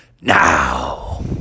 now